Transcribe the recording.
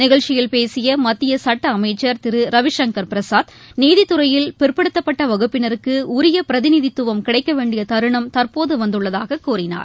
நிகழ்ச்சியில் பேசிய மத்திய சட்ட அமைச்சர் திரு ரவிசங்கர் பிரசாத் நீதித்துறையில் பிற்படுத்தப்பட்ட வகுப்பினருக்கு உரிய பிரதிநிதித்துவம் கிடைக்க வேண்டிய தருணம் தற்போது வந்துள்ளதாக கூறினார்